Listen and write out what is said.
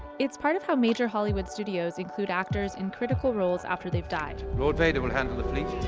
it's part of how major hollywood studios include actors in critical roles after they've died. lord vader will handle the fleet.